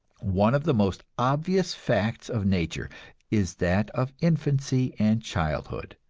one of the most obvious facts of nature is that of infancy and childhood.